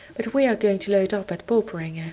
but we are going to load up at poperinghe,